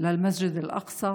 למסגד אל-אקצא